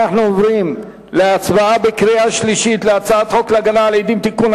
אנחנו עוברים להצבעה בקריאה שלישית על הצעת חוק להגנה על עדים (תיקון),